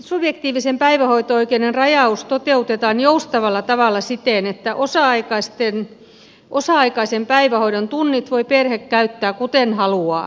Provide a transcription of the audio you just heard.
subjektiivisen päivähoito oikeuden rajaus toteutetaan joustavalla tavalla siten että osa aikaisen päivähoidon tunnit voi perhe käyttää kuten haluaa